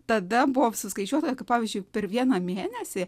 tada buvo suskaičiuota kad pavyzdžiui per vieną mėnesį